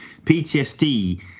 ptsd